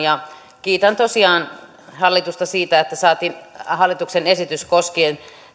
kiitän tosiaan hallitusta siitä että saatiin hallituksen esitys koskien